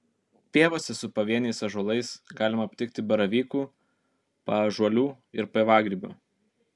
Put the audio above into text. pievose su pavieniais ąžuolais galima aptikti baravykų paąžuolių ir pievagrybių